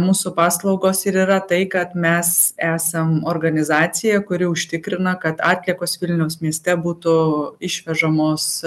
mūsų paslaugos ir yra tai kad mes esam organizacija kuri užtikrina kad atliekos vilniaus mieste būtų išvežamos